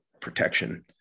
protection